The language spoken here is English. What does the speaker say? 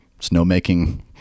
Snowmaking